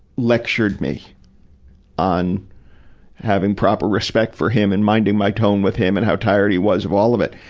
lectured me on having proper respect for him and minding my tone with him, and how tired he was of all of it.